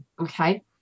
okay